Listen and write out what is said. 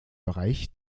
bereich